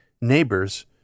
neighbors